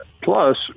plus